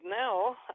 now